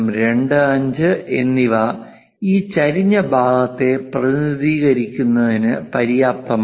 25 എന്നിവ ഈ ചെരിഞ്ഞ ഭാഗത്തെ പ്രതിനിധീകരിക്കുന്നതിന് പര്യാപ്തമാണ്